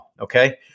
okay